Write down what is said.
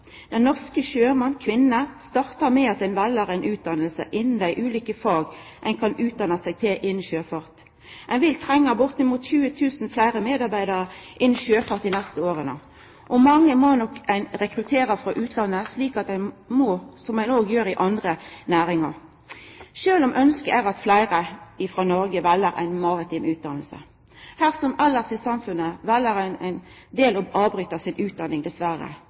Den norske sjømannen og -kvinna startar med at ein vel ei utdanning innan dei ulike faga ein kan utdanna seg i innan sjøfarten. Ein vil trenga bortimot 20 000 fleire medarbeidarar innan sjøfarten dei neste åra. Mange må ein nok rekruttera frå utlandet, slik ein også må innanfor andre næringar, sjølv om ønsket er at fleire frå Noreg vel ei maritim utdanning. Her som elles i samfunnet vel ein del å avbryta utdanninga si, dessverre.